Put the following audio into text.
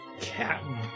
Captain